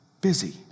busy